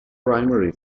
primary